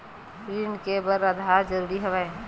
ऋण ले बर आधार जरूरी हवय का?